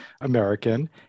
American